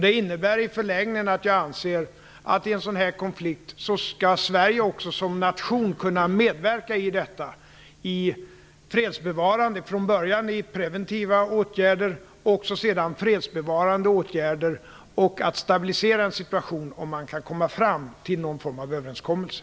Det innebär i förlängningen att jag anser att i en sådan här konflikt skall Sverige också som nation kunna medverka i detta, från början i preventiva och sedan också fredsbevarande åtgärder och att stabilisera en situation, om man kan komma fram till någon form av överenskommelse.